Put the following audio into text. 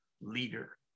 leader